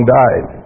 died